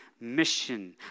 mission